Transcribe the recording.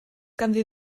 ganddi